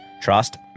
trust